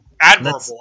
admirable